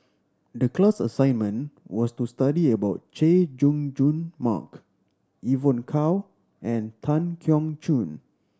the class assignment was to study about Chay Jung Jun Mark Evon Kow and Tan Keong Choon